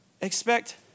expect